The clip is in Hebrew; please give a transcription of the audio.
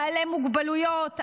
בעלי מוגבלויות,